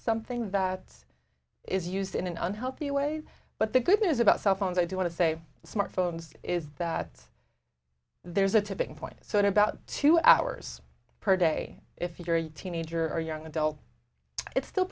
something that is used in an unhealthy way but the good news about cell phones i do want to say smart phones is that there's a tipping point so in about two hours per day if you're a teenager or young adult it's still